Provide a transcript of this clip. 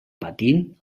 patint